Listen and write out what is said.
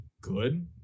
good